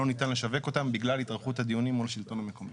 שלא ניתן לשווק אותן בגלל התארכות הדיונים מול השלטון המקומי.